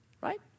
right